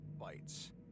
bites